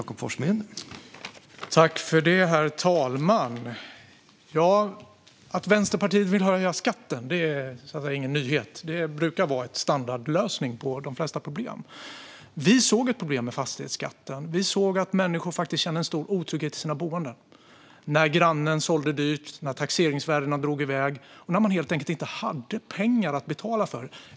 Herr talman! Att Vänsterpartiet vill höja skatten är ingen nyhet. Det brukar vara en standardlösning på de flesta problem. Vi såg ett problem med fastighetsskatten. Vi såg att människor faktiskt kände en stor otrygghet i sina boenden när grannen sålde dyrt, när taxeringsvärdena drog i väg och de helt enkelt inte hade pengar för att betala fastighetsskatten.